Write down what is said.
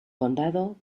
condado